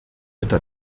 eta